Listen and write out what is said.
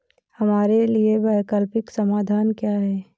हमारे लिए वैकल्पिक समाधान क्या है?